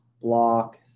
Block